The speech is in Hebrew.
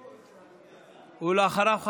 ואחריו,